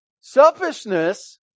selfishness